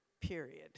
period